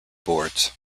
boards